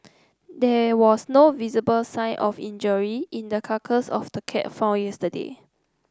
there was no visible sign of injury in the carcass of the cat found yesterday